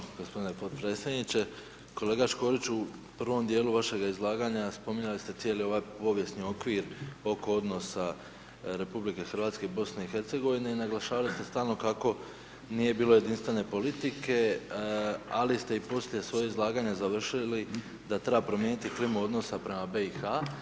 Hvala puno gospodine podpredsjedniče, kolega Škoriću u prvom dijelu vašega spominjali ste cijeli ovaj povijesni okvir oko odnosa RH i BiH i naglašavali ste stalno kako nije bilo jedinstvene politike, ali ste i poslije svoje izlaganje završili da treba promijeniti klimu odnosa prema BiH.